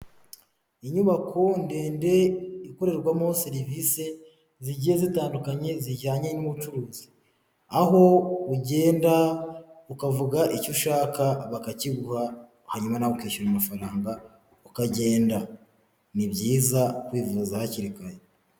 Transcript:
Inyubako ndende ikorerwamo serivisi zigiye zitandukanye zijyanye n'ubucuruzi, aho ugenda ukavuga icyo ushaka bakakiguha hanyuma nawe ukishyura amafaranga ukagenda, ni byiza kwivuza hakiri kare.